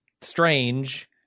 strange